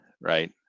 right